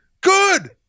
good